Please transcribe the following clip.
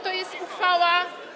To jest uchwała.